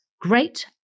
Great